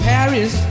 Paris